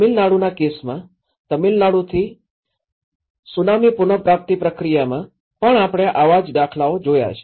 તમિલનાડુના કેસમાં તમિળનાડુની સુનામી પુનઃપ્રાપ્તિ પ્રક્રિયામાં પણ આપણે આવા જ દાખલા જોયા છે